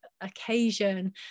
occasion